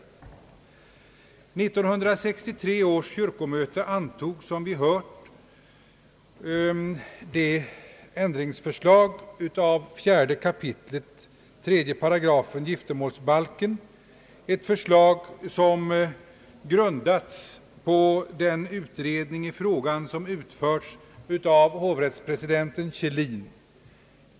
1963 års kyrkomöte antog det förslag till ändring av 4 kap. 3 § giftermålsbalken, som grundats på den utredning i frågan som utförts av hovrättspresidenten Kjellin.